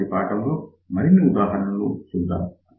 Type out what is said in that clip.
తరువాతి ఉపన్యాసము లో మరిన్ని ఉదాహరణలు చూద్దాము